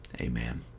amen